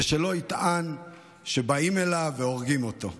ושלא יטען שבאים אליו והורגים אותו.